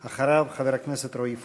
ואחריו, חבר הכנסת רועי פולקמן.